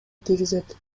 тийгизет